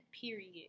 Period